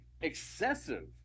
excessive